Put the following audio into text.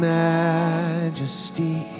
majesty